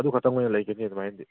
ꯑꯗꯨ ꯈꯛꯇꯪ ꯑꯣꯏꯅ ꯂꯩꯒꯅꯤ ꯑꯗꯨꯃꯥꯏꯅꯗꯤ